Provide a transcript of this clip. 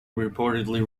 reportedly